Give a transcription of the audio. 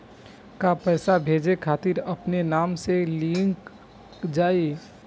का पैसा भेजे खातिर अपने नाम भी लिकल जाइ?